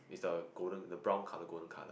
it's the golden the brown colour golden colour